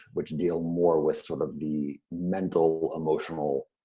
which deal more with sort of the mental, emotional,